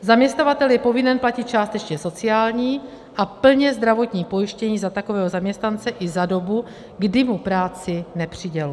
Zaměstnavatel je povinen platit částečně sociální a plně zdravotní pojištění za takového zaměstnance i za dobu, kdy mu práci nepřiděluje.